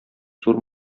зур